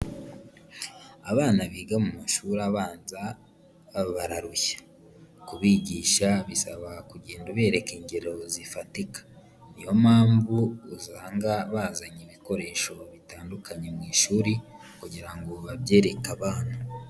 Abana biga mu mashuri abanza bararushya, kubigisha bisaba kugenda ubereka ingero zifatika, niyo mpamvu usanga bazanye ibikoresho bitandukanye mu ishuri kugira ngo babyereke abana.